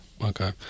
Okay